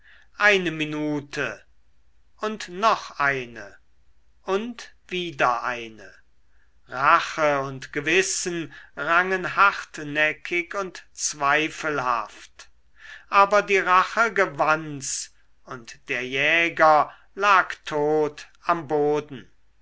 eine minute und noch eine und wieder eine rache und gewissen rangen hartnäckig und zweifelhaft aber die rache gewanns und der jäger lag tot am boden